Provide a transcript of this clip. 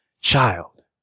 child